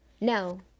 No